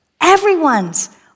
Everyone's